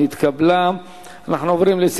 (תיקון מס'